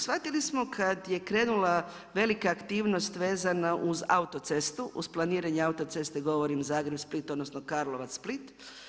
Shvatili smo kad je krenula velika aktivnost vezana uz autocestu, uz planiranje autoceste govorim Zagreb - Split, odnosno Karlovac – Split.